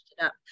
up